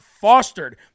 fostered